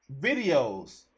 videos